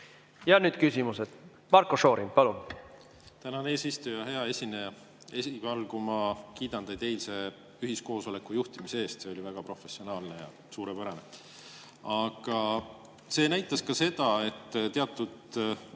Ja nüüd küsimused. Marko Šorin, palun! Tänan, eesistuja! Hea esineja! Esialgu ma kiidan teid eilse ühiskoosoleku juhtimise eest, see oli väga professionaalne ja suurepärane. Aga see näitas ka seda, et teatud eelnõude